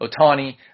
Otani